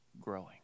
growing